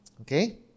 Okay